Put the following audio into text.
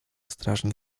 strażnik